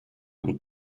und